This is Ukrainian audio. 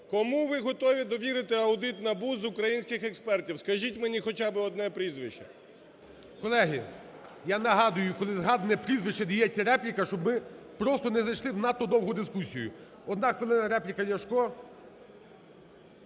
Кому ви готові довірити аудит НАБУ, з українських експертів, скажіть мені хоча би одне прізвище. ГОЛОВУЮЧИЙ. Колеги, я нагадую, коли згадане прізвище, надається репліка, щоб ми просто не зайшли в надто довгу дискусію. Одна хвилина, репліка. Ляшко